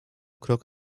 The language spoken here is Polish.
krok